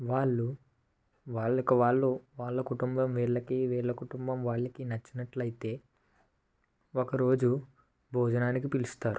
వాళ్ళు వాళ్ళకి వాళ్ళు వాళ్ళ కుటుంబం వీళ్ళకి వీళ్ళ కుటుంబం వాళ్ళకి నచ్చినట్లయితే ఒక రోజు భోజనానికి పిలుస్తారు